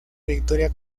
victoria